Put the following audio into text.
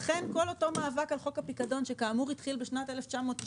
לכן כל אותו מאבק על חוק הפיקדון שהתחיל בשנת 1999,